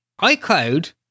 iCloud